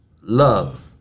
love